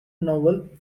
novel